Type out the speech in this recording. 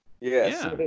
Yes